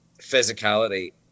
physicality